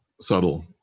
subtle